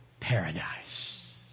paradise